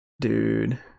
Dude